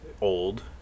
old